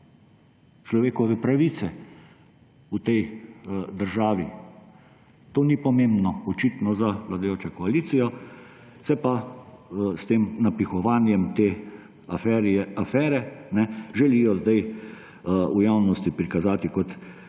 človekove pravice v tej državi. To ni pomembno očitno za vladajočo koalicijo, se pa z napihovanjem te afere želijo sedaj v javnosti prikazati kot